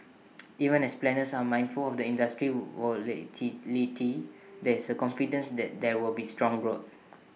even as planners are mindful of the industry's volatility there is confidence that there will be strong growth